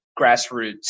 grassroots